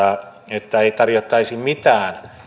että ei tarjottaisi mitään